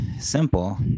simple